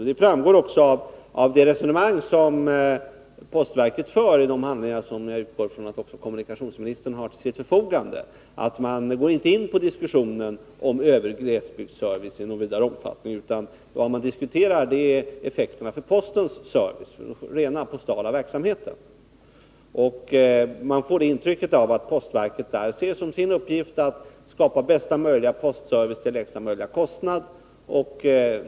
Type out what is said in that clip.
Vidare framgår det av postverkets resonemang — jag utgår från att också kommunikationsministern har de handlingarna till sitt förfogande — att man inte gärna vill diskutera glesbygdsservicen. Vad man diskuterar är i stället effekterna när det gäller postens service, den rent postala verksamheten. Man får ett intryck av att postverket ser det som sin uppgift att åstadkomma bästa möjliga postservice till lägsta möjliga kostnad.